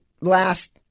last